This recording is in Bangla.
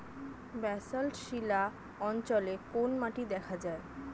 ব্যাসল্ট শিলা অঞ্চলে কোন মাটি দেখা যায়?